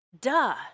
Duh